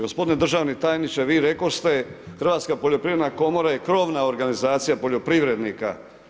Gospodine državni tajniče, vi rekoste, Hrvatska poljoprivredna komora je krovna organizacija poljoprivrednika.